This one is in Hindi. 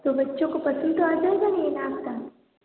तो बच्चों को पसन्द तो आता हैं ना ये नाश्ता